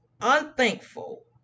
unthankful